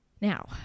now